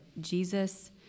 Jesus